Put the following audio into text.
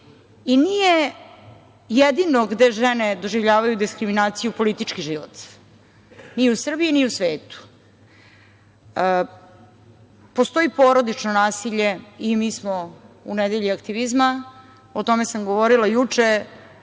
Nije jedino gde žene doživljavaju diskriminaciju politički život, ni u Srbiji, ni u svetu. Postoji porodično nasilje i mi smo u nedelji aktivizma, o tome sam govorila i juče